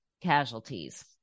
casualties